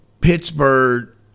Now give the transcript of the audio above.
Pittsburgh